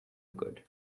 good